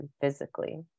physically